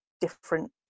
different